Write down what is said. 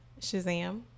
Shazam